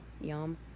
yum